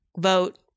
vote